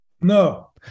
No